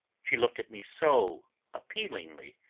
she looked at me so appealingly,